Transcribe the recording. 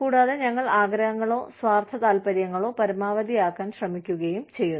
കൂടാതെ ഞങ്ങൾ ആഗ്രഹങ്ങളോ സ്വാർത്ഥതാൽപ്പര്യങ്ങളോ പരമാവധിയാക്കാൻ ശ്രമിക്കുകയും ചെയ്യുന്നു